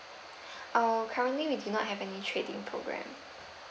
err currently we do not have any trade in program